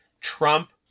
Trump